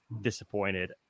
disappointed